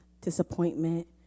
disappointment